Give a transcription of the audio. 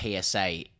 PSA